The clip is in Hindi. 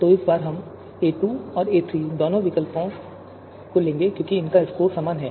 तो इस बार a2 और a3 दोनों का स्कोर समान है